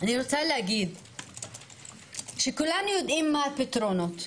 אני רוצה להגיד שכולנו יודעים מה הפתרונות,